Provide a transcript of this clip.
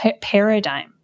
paradigm